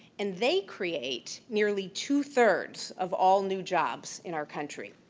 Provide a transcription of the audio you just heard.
and they create nearly two-thirds of all new jobs in our country.